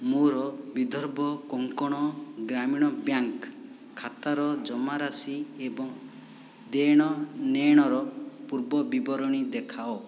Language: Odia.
ମୋର ବିଦର୍ଭ କୋଙ୍କଣ ଗ୍ରାମୀଣ ବ୍ୟାଙ୍କ ଖାତାର ଜମାରାଶି ଏବଂ ଦେଣ ନେଣର ପୂର୍ବ ବିବରଣୀ ଦେଖାଅ